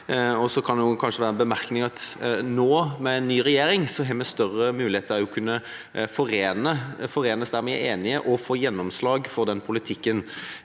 nå, med en ny regjering, har vi større muligheter til å kunne forenes der vi er enige, og få gjennomslag for den politikken.